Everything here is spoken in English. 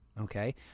okay